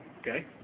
Okay